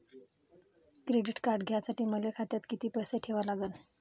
Credit card घ्यासाठी मले खात्यात किती पैसे ठेवा लागन?